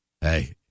hey